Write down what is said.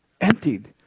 Emptied